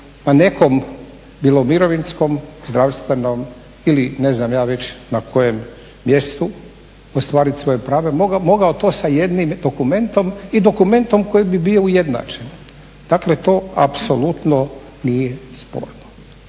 na nekom bilo mirovinskom, zdravstvenom ili ne znam ja već na kojem mjestu ostvariti svoje pravo, mogao to sa jednim dokumentom i dokumentom koji bi bio ujednačen. Dakle, to apsolutno nije sporno.